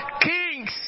Kings